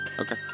Okay